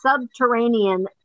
subterranean